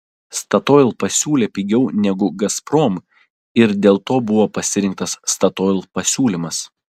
statoil pasiūlė pigiau negu gazprom ir dėl to buvo pasirinktas statoil pasiūlymas